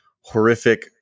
horrific